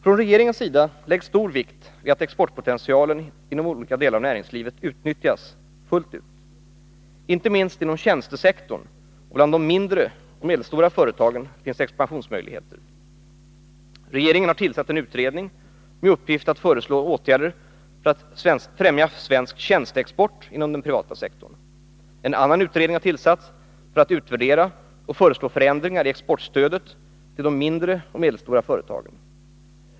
Från regeringens sida läggs stor vikt vid att exportpotentialen inom olika delar av näringslivet utnyttjas fullt ut. Inte minst inom tjänstesektorn och bland de mindre och medelstora företagen finns expansionsmöjligheter. Regeringen har tillsatt en utredning med uppgift att föreslå åtgärder för att främja svensk tjänsteexport inom den privata sektorn. En annan utredning har tillsatts för att utvärdera och föreslå förändringar i exportstödet till de mindre och medelstora företagen.